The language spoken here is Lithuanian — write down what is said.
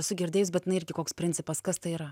esu girdėjus bet na irgi koks principas kas tai yra